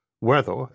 Weather